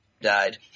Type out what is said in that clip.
Died